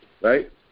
Right